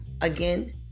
again